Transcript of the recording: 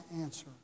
answer